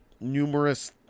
numerous